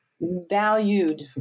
valued